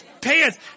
pants